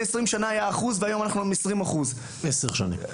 20 שנה היה אחוז והיום אנחנו עם 20%. עשר שנים.